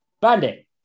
bandit